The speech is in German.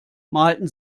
malten